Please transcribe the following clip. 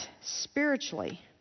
spiritually